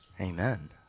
Amen